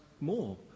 more